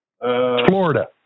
Florida